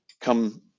come